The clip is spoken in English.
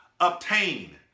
obtain